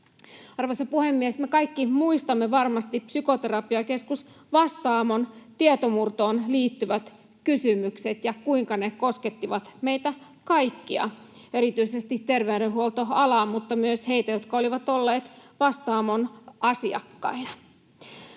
Arvoisa puhemies! Me kaikki muistamme varmasti Psykoterapiakeskus Vastaamon tietomurtoon liittyvät kysymykset ja sen, kuinka ne koskettivat meitä kaikkia, erityisesti terveydenhuoltoalaa mutta myös heitä, jotka olivat olleet Vastaamon asiakkaina.